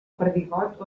perdigot